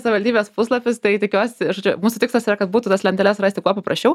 savivaldybės puslapis tai tikiuosi žodžiu mūsų tikslas yra kad būtų tas lenteles rasti kuo paprasčiau